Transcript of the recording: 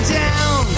down